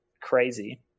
crazy